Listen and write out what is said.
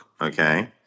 Okay